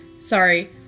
Sorry